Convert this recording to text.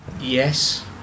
yes